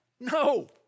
No